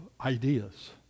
ideas